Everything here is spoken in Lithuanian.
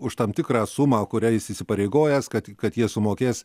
už tam tikrą sumą kurią jis įsipareigojęs kad kad jie sumokės